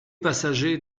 passagers